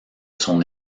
son